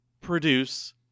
produce